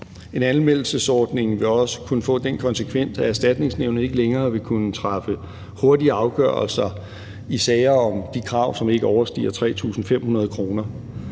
En anmeldelsesordning vil også kunne få den konsekvens, at Erstatningsnævnet ikke længere vil kunne træffe hurtige afgørelser i sager om de krav, som ikke overstiger 3.500 kr.